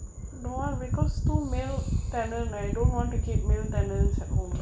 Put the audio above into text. no lah because two male tenor I don't want to keep maintenance at home